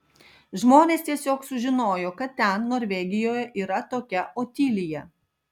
žmonės tiesiog sužinojo kad ten norvegijoje yra tokia otilija